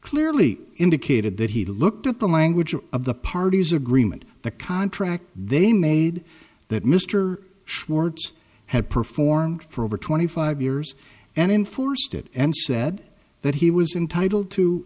clearly indicated that he looked at the language of the parties agreement the contract they made that mr schwartz had performed for over twenty five years and enforced it and said that he was entitle to